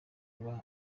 kuba